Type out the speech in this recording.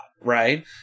right